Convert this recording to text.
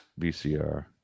vcr